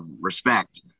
respect